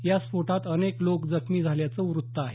या स्फोटात अनेक लोक जखमी झाल्याचं वृत्त आहे